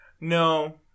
No